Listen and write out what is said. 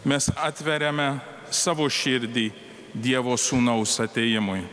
mes atveriame savo širdį dievo sūnaus atėjimui